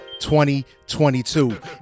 2022